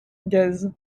gaz